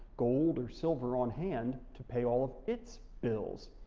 gold or silver on hand to pay all of its bills?